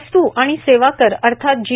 वस्तू आणि सेवा कर अर्थात जी